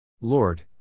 Lord